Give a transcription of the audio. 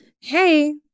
Hey